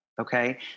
Okay